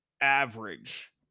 average